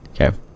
Okay